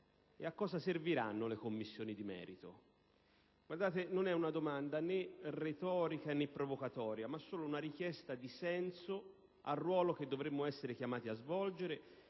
che cosa serviranno le Commissioni di merito? Guardate, non è una domanda né retorica né provocatoria, ma solo una richiesta di senso al ruolo che dovremmo essere chiamati a svolgere